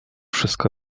wszystko